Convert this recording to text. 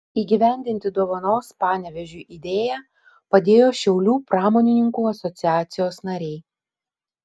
įgyvendinti dovanos panevėžiui idėją padėjo šiaulių pramonininkų asociacijos nariai